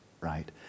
right